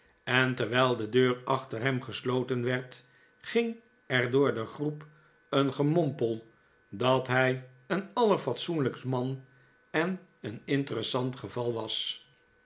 en terwijl de deur achter hem gesloten werd ging er door de groep een gemompel dat hi een allerfatsoenlijkst man en een interessant geval was